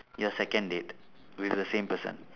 your second date with the same person